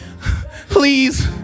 please